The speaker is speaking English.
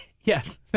Yes